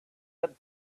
had